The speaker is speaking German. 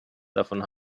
davon